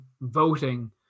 voting